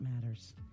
matters